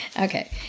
Okay